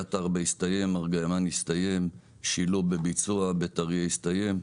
קריית ארבע הסתיים; ארגמן הסתיים; שילו בביצוע; בית אריה הסתיים.